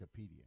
Wikipedia